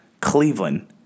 Cleveland